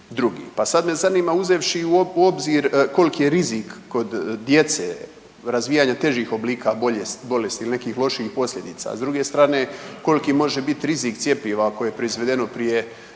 Pa sada me zanima uzevši u obzir koliki je rizik kod djece razvijanja težih oblika bolesti, nekih lošijih posljedica. S druge strane koliki može biti rizik cjepiva ako je proizvedeno prije